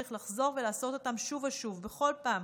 צריך לחזור ולעשות אותם שוב ושוב בכל פעם